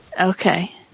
Okay